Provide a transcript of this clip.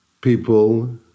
people